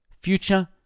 future